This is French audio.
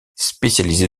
spécialisée